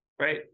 Right